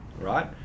right